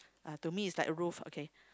uh to me is like roof okay